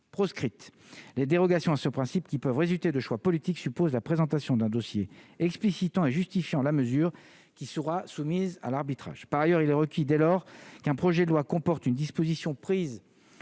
les dérogations à ce principe qui peuvent résulter de choix politique suppose la présentation d'un dossier explicitant et justifiant la mesure qui sera soumise à l'arbitrage par ailleurs il est requis dès lors qu'un projet de loi comporte une disposition prise